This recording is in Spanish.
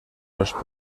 los